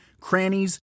crannies